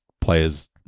players